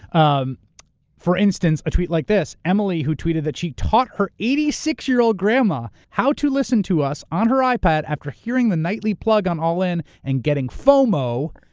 um for instance, a tweet like this. emily, who tweeted that she taught her eighty six year old grandma how to listen to us on her ipad after hearing the nightly plug on all in and getting fomo,